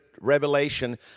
Revelation